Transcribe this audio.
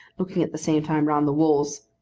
looking at the same time round the walls,